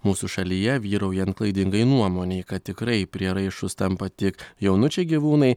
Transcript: mūsų šalyje vyraujant klaidingai nuomonei kad tikrai prieraišūs tampa tik jaunučiai gyvūnai